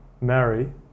marry